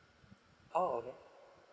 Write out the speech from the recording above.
oh okay